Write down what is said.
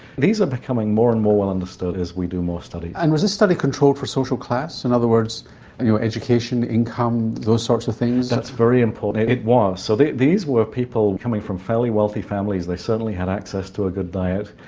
these are becoming more and more well understood as we do more studies. and was this study controlled for social class, in and other words your education, income, those sorts of things? that's very important, it was. so these were people coming from fairly wealthy families. they certainly had access to a good diet.